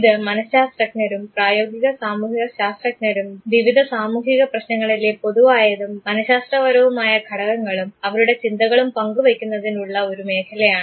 ഇത് മനഃശാസ്ത്രജ്ഞരും പ്രായോഗിക സാമൂഹികശാസ്ത്രജ്ഞരും വിവിധ സാമൂഹിക പ്രശ്നങ്ങളിലെ പൊതുവായതും മനഃശാസ്ത്രപരവുമായ ഘടകങ്ങളും അവരുടെ ചിന്തകളും പങ്കുവയ്ക്കുന്നതിനുള്ള ഒരു മേഖലയാണ്